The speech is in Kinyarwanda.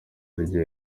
rugendo